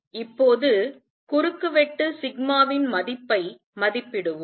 இப்போது குறுக்குவெட்டு ன் மதிப்பை மதிப்பிடுவோம்